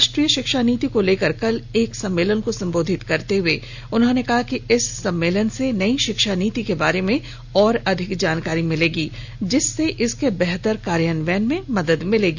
राष्ट्रीय शिक्षा नीति को लेकर कल एक सम्मेलन को संबोधित करते हुए उन्होंने कहा कि इस सम्मेलन से नई शिक्षा नीति के बारे में और अधिक जानकारी मिलेगी जिससे इसके बेहतर कार्यान्वयन में मदद मिलेगी